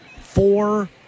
four